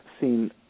seen